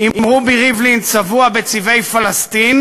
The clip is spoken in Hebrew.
עם רובי ריבלין צבוע בצבעי פלסטין,